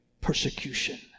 persecution